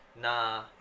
Nah